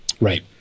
Right